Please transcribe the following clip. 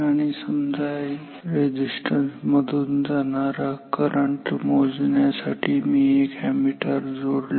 आता समजा या रेझिस्टन्स मधून जाणारा करंट मोजण्यासाठी मी एक अॅमीटर जोडला